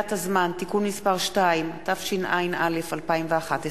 מתכבדת להודיעכם, כי הונחו היום על שולחן הכנסת,